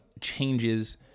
changes